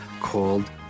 called